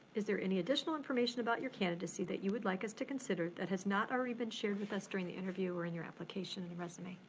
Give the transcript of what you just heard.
is there any additional information about your candidacy that you would like us to consider that has not already been shared with us during the interview or in your application and resume?